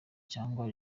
cyangwa